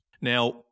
Now